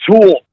Tool